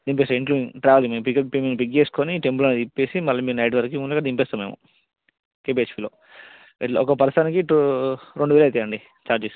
దింపేసి ఇంట్లో ట్రావెలింగ్ మేం పిక్ చేసుకుని టెంపుల్ అన్నీ తిప్పేసి మళ్ళీ మేము నైట్ టెన్ వరకు మిమ్ముల్ని దింపేస్తాం మేము కేపీహెచ్బీలో ఒక పర్సన్కి టూ రెండు వేలు అవుతాయి అండి చార్జెస్